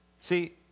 See